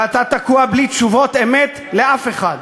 ואתה תקוע בלי תשובות אמת לאף אחד.